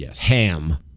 Ham